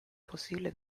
posible